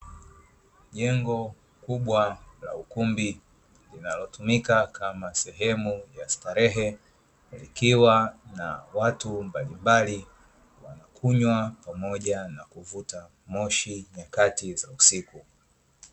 Jengo kubwa la ukumbi linalotumika kama sehemu ya starehe, likiwa na watu mbalimbali wanakunywa pamoja na kuvuta moshi nyakati za usiku.